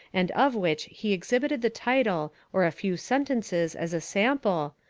and of which he ex hibited the title or a few sentences as a sample,